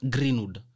Greenwood